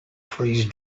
freeze